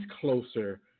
closer